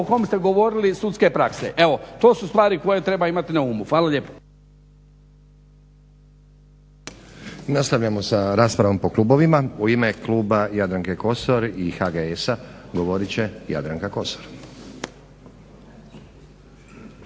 o kom ste govorili iz sudske prakse. Evo to su stvari koje treba imati na umu. Hvala lijepa.